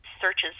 searches